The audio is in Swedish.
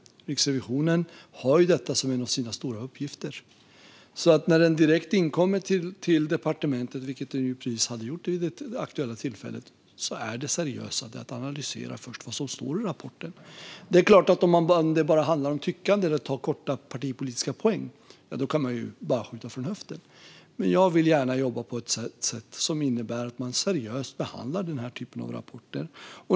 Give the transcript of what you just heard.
Riksrevisionen har detta som en av sina stora uppgifter. Direkt efter att den inkommit till departementet, vilket den ju precis hade gjort vid det aktuella tillfället, är det seriösa tillvägagångssättet att man först analyserar vad som står i rapporten. Om det bara handlar om tyckande eller om att plocka partipolitiska poäng kan man bara skjuta från höften, men jag vill gärna jobba på ett sätt som innebär att man seriöst behandlar den här typen av rapporter.